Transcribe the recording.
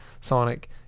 sonic